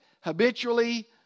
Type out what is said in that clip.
habitually